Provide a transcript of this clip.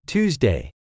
Tuesday